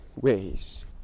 ways